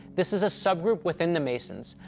this is a subgroup within the masons.